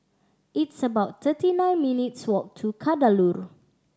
it's about thirty nine minutes' walk to Kadaloor